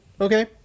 Okay